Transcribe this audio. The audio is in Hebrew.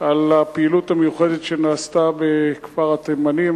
על הפעילות המיוחדת שנעשתה בכפר-התימנים,